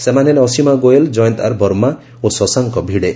ସେମାନେ ହେଲେ ଅଶିମା ଗୋଏଲ ଜୟନ୍ତ ଆର୍ ବର୍ମା ଓ ଶଶାଙ୍କ ଭିଡେ